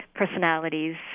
personalities